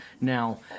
Now